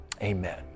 amen